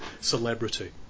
celebrity